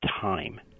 time